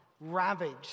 ravaged